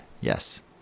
Yes